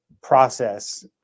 process